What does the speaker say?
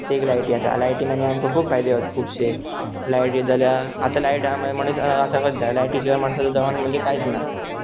ते एक लायटी आसा लायटीन आनी आमकां खूब फायदे आहत खुबशे लायटी जाल्यार आतां लायट आहा म्हूण मनीस आसोंकच जाय लायटी शिवाय माणसाचो जीवन म्हणजे कांयच ना